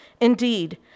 Indeed